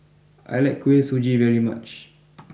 I like Kuih Suji very much